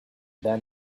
then